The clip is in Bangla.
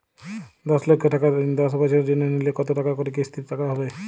দশ লক্ষ টাকার ঋণ দশ বছরের জন্য নিলে কতো টাকা করে কিস্তির টাকা হবে?